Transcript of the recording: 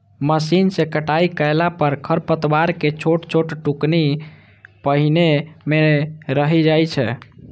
machine सं कटाइ कयला पर खरपतवारक छोट छोट टुकड़ी पानिये मे रहि जाइ छै